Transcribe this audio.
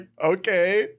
okay